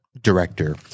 director